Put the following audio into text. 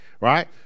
right